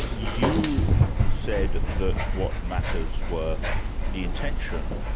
you said that what matters were the intention,